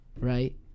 right